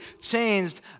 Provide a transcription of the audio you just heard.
changed